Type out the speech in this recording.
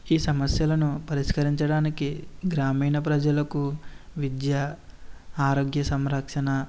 ఈ సమస్యలను పరిష్కరించడానికి గ్రామీణ ప్రజలకు విద్య ఆరోగ్య సంరక్షణ